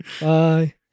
Bye